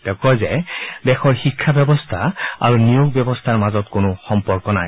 তেওঁ কয় যে দেশৰ শিক্ষা ব্যৱস্থা আৰু নিয়োগ ব্যৱস্থাৰ মাজত কোনো সম্পৰ্ক নাই